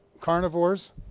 carnivores